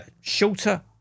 Shorter